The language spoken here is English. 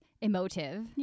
emotive